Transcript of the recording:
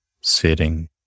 sitting